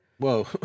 Whoa